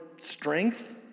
strength